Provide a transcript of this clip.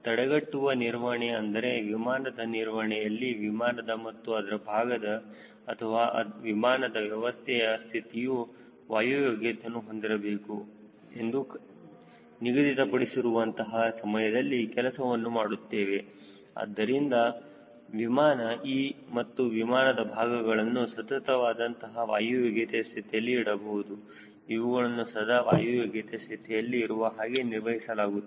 ತಡೆಗಟ್ಟುವ ನಿರ್ವಹಣೆ ಅಂದರೆ ವಿಮಾನದ ನಿರ್ವಹಣೆಯಲ್ಲಿ ವಿಮಾನದ ಮತ್ತು ಅದರ ಭಾಗದ ಅಥವಾ ವಿಮಾನದ ವ್ಯವಸ್ಥೆಯ ಸ್ಥಿತಿಯು ವಾಯು ಯೋಗ್ಯತೆಯನ್ನು ಹೊಂದಿರಬೇಕು ಎಂದು ನಿಗದಿತಪಡಿಸಿರುವಅಂತಹ ಸಮಯದಲ್ಲಿ ಕೆಲಸವನ್ನು ಮಾಡುತ್ತೇವೆ ಇದರಿಂದ ವಿಮಾನ ಮತ್ತು ವಿಮಾನದ ಭಾಗಗಳನ್ನು ಸತತ ವಾದಂತಹ ವಾಯು ಯೋಗ್ಯತೆಯ ಸ್ಥಿತಿಯಲ್ಲಿ ಇಡಬಹುದು ಇವುಗಳನ್ನು ಸದಾ ವಾಯು ಯೋಗ್ಯತೆಯ ಸ್ಥಿತಿಯಲ್ಲಿ ಇರುವ ಹಾಗೆ ನಿರ್ವಹಿಸಲಾಗುತ್ತದೆ